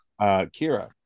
Kira